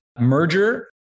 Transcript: merger